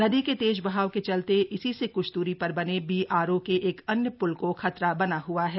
नदी के तेज बहाव के चलते इसी से क्छ द्री पर बने बीआरओ के एक अन्य प्ल को खतरा बना हआ है